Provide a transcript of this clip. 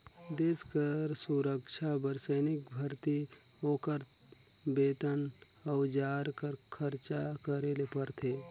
देस कर सुरक्छा बर सैनिक भरती, ओकर बेतन, अउजार कर खरचा करे ले परथे